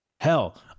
Hell